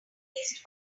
least